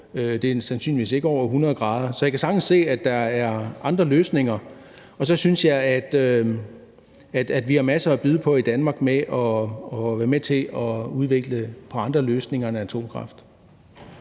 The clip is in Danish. Det er sandsynligvis ikke over 100 grader. Så jeg kan sagtens se, at der er andre løsninger. Og så synes jeg, at vi har masser at byde på i Danmark i forhold til at være med til at udvikle andre løsninger end atomkraft.